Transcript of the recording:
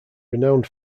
renowned